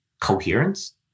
coherence